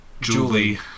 Julie